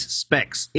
specs